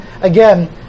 again